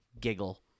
giggle